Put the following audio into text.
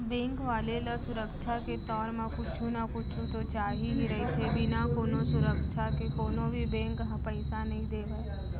bank वाले ल सुरक्छा के तौर म कुछु न कुछु तो चाही ही रहिथे, बिना कोनो सुरक्छा के कोनो भी बेंक ह पइसा नइ देवय